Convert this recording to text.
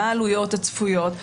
מה העלויות הצפויות,